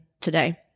today